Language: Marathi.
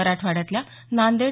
मराठवाड्यातल्या नांदेड